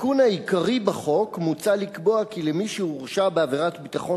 בתיקון העיקרי בחוק מוצע לקבוע כי למי שהורשע בעבירות ביטחון